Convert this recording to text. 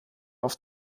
auf